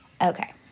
Okay